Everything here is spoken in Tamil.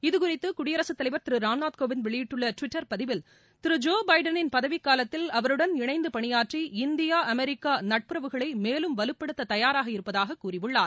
இது குறித்து குடியரசுத் தலைவர் திரு ராம்நாத் கோவிந்த் வெளியிட்டுள்ள டுவிட்டர் பதிவில் திரு ஜோ பைடனின் பதவிக்காலத்தில் அவருடன் இணைந்து பணியாற்றி இந்தியா அமெரிக்கா நட்புறவுகளை மேலும் வலுப்படுத்த தயாராக இருப்பதாகக் கூறியுள்ளார்